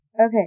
Okay